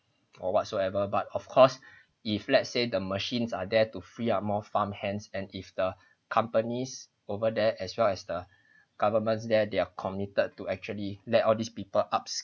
or whatsoever but of course if let's say the machines are there to free up more farm hands and if the companies over there as well as the governments there they are committed to actually let all these people up~